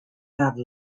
have